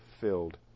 filled